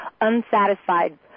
unsatisfied